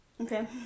Okay